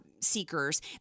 seekers